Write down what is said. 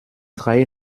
drei